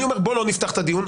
אני אומר בוא לא נפתח את הדיון.